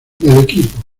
equipo